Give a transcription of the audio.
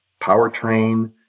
powertrain